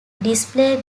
display